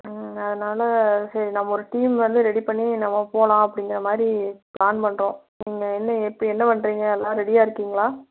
அதனால் சரி நம்ம ஒரு டீம் வந்து ரெடி பண்ணி நம்ம போகலாம் அப்படிங்குற மாதிரி பிளான் பண்ணுறோம் நீங்கள் என்ன இப்போ என்ன பண்ணுறிங்க எல்லாம் ரெடியாக இருக்கீங்களா